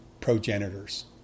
progenitors